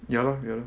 ya lor ya lor